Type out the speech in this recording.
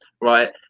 right